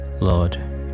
Lord